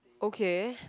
okay